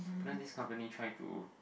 then this company try to